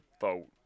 vote